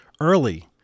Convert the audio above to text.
early